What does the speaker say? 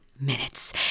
minutes